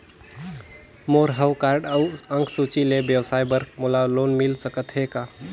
मोर हव कारड अउ अंक सूची ले व्यवसाय बर मोला लोन मिल सकत हे का?